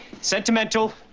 sentimental